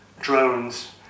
drones